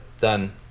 Done